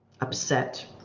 upset